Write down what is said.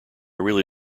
really